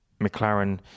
McLaren